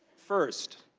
first,